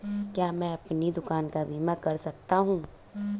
क्या मैं अपनी दुकान का बीमा कर सकता हूँ?